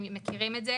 הם מכירים את זה,